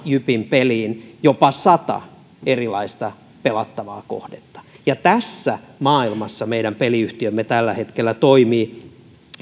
jypin peliin jopa sata erilaista pelattavaa kohdetta tässä maailmassa meidän peliyhtiömme tällä hetkellä toimii